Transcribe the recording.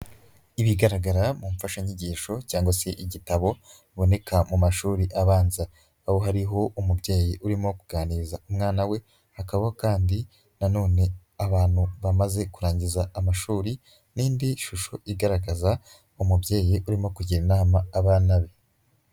Ibigaragara mu mfashanyigisho cyangwa se igitabo biboneka mu mashuri abanza. Aho hariho umubyeyi urimo kuganiriza umwana we, hakabaho kandi nanone abantu bamaze kurangiza amashuri n'indi shusho igaragaza umubyeyi urimo kugira inama abana be.